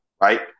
Right